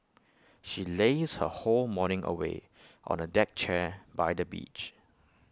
she lazed her whole morning away on A deck chair by the beach